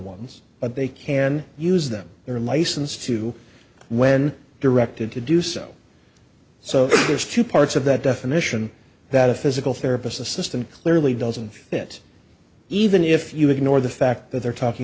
ones but they can use them they're licensed to when directed to do so so there's two parts of that definition that a physical therapist the system clearly doesn't fit even if you ignore the fact that they're talking